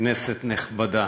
כנסת נכבדה,